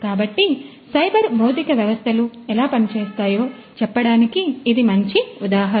కాబట్టి సైబర్ భౌతిక వ్యవస్థలు ఎలా పనిచేస్తాయో చెప్పడానికి ఇది మంచి ఉదాహరణ